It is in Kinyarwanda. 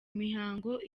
mihango